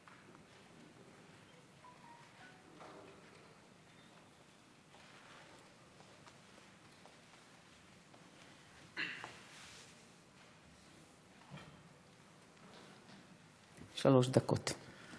שלוש דקות.